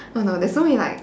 oh no there's so many like